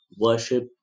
worship